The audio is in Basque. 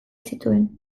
zituen